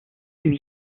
lui